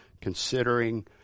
considering